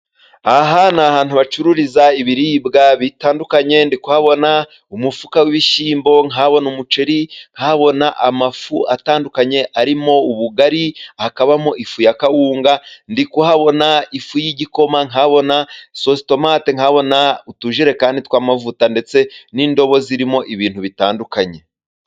Aha ni ahantu bacururiza ibiribwa bitandukanye, ndi kuhabona umufuka w'ibishyimbo, nkahabona umuceri, nkahabona amafu atandukanye, arimo ubugari, hakabamo ifu ya kawunga, ndikuhabona ifu y'igikoma, nkabona sositomate, nkabona utujerekani tw'amavuta, ndetse n'indobo zirimo ibintu bitandukanye.